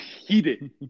heated